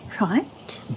right